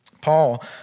Paul